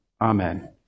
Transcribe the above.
Amen